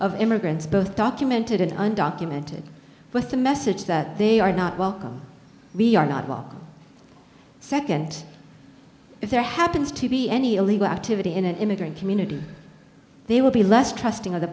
of immigrants both documented and undocumented with the message that they are not welcome we are not welcome second if there happens to be any illegal activity in an immigrant community they will be less trusting of the